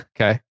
Okay